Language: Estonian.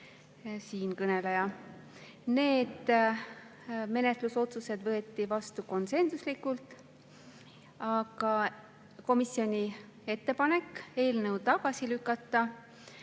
siinkõneleja. Need menetlusotsused võeti vastu konsensuslikult. Komisjoni ettepanek on eelnõu tagasi lükata,